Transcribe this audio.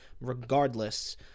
regardless